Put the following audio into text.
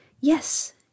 yes